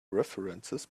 references